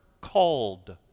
called